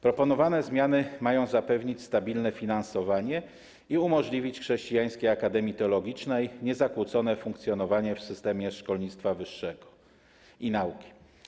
Proponowane zmiany mają zapewnić stabilne finansowanie i umożliwić Chrześcijańskiej Akademii Teologicznej niezakłócone funkcjonowanie w systemie szkolnictwa wyższego i nauki.